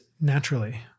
naturally